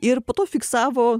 ir po to fiksavo